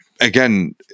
again